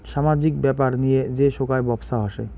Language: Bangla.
সামাজিক ব্যাপার নিয়ে যে সোগায় ব্যপছা হসে